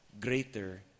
greater